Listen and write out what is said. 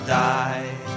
die